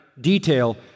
detail